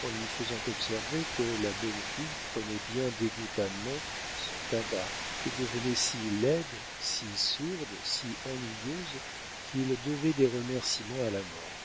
en lui faisant observer que la bonne fille prenait bien dégoûtamment son tabac et devenait si laide si sourde si ennuyeuse qu'il devait des remercîments à la mort